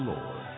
Lord